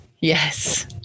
Yes